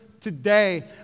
today